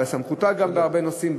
ובסמכותה גם בהרבה נושאים,